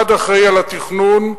אחד אחראי לתכנון,